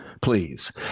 Please